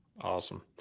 Awesome